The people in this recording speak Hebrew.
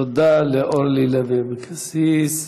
תודה לאורלי לוי אבקסיס.